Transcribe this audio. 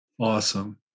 Awesome